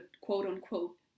quote-unquote